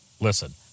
Listen